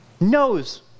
knows